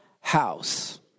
house